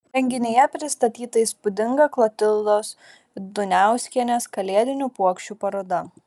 renginyje pristatyta įspūdinga klotildos duniauskienės kalėdinių puokščių paroda